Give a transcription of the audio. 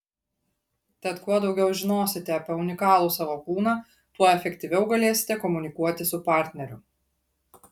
tad kuo daugiau žinosite apie unikalų savo kūną tuo efektyviau galėsite komunikuoti su partneriu